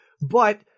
but-